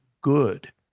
good